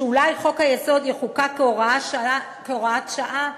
שאולי חוק-היסוד יחוקק כהוראת שעה,